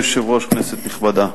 אדוני היושב-ראש, כנסת נכבדה,